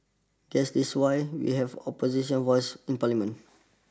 guess this is why we have opposition voices in parliament